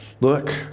look